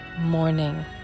morning